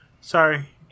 Sorry